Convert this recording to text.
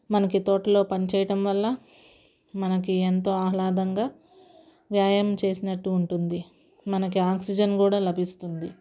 మనకి తోటలో పనిచేయటం వల్ల మనకి ఎంతో ఆహ్లాదంగా వ్యాయామం చేసినట్టు ఉంటుంది మనకి ఆక్సిజన్ కూడా లభిస్తుంది